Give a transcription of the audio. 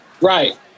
Right